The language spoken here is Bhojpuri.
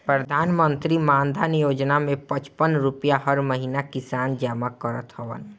प्रधानमंत्री मानधन योजना में पचपन रुपिया हर महिना किसान जमा करत हवन